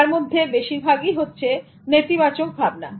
যার মধ্যে বেশিরভাগই হচ্ছে নেতিবাচক ভাবনা